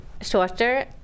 shorter